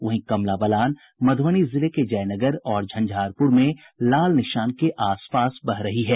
वहीं कमला बलान मधुबनी जिले के जयनगर और झंझारपुर में लाल निशान के आसपास बह रही है